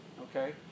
okay